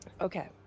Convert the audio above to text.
Okay